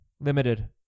Limited